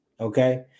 okay